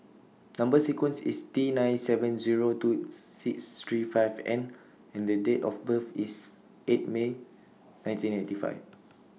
Number sequence IS T nine seven Zero two six three five N and Date of birth IS eight May nineteen eighty five